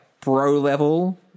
pro-level